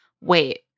wait